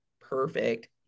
perfect